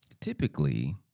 typically